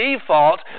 default